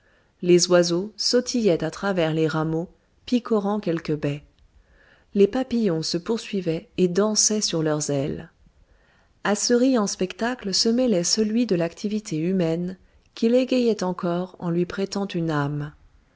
les oiseaux sautillaient à travers les rameaux picorant quelques baies les papillons se poursuivaient et dansaient sur leurs ailes à ce riant spectacle se mêlait celui de l'activité humaine qui l'égayait encore en lui prêtant une âme